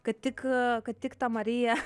kad tik kad tik ta marija